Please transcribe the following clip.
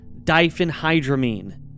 diphenhydramine